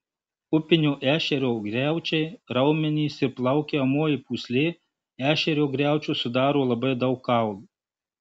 upinio ešerio griaučiai raumenys ir plaukiojamoji pūslė ešerio griaučius sudaro labai daug kaulų